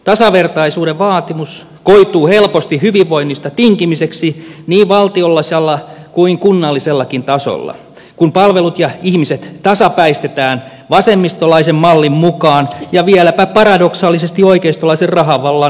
tasavertaisuuden vaatimus koituu helposti hyvinvoinnista tinkimiseksi niin valtiollisella kuin kunnallisellakin tasolla kun palvelut ja ihmiset tasapäistetään vasemmistolaisen mallin mukaan ja vieläpä paradoksaalisesti oikeistolaisen rahavallan ajamana